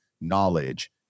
knowledge